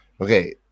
Okay